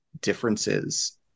differences